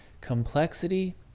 Complexity